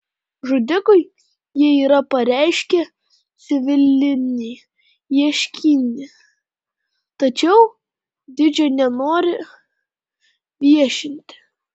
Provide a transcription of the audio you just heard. žudikui jie yra pareiškę civilinį ieškinį tačiau dydžio nenori viešinti